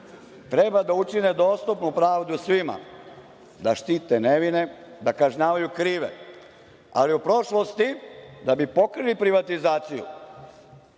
treba da učine dostupnu pravdu svima, da štite nevine, da kažnjavaju krive. Ali, u prošlosti, da bi pokrili privatizaciju,